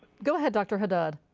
go ahead dr. haddad.